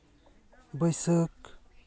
ᱵᱟᱹᱭᱥᱟᱹᱠᱷ